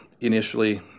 initially